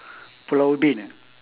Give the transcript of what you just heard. pulau ubin